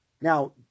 Now